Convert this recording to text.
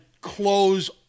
close